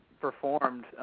performed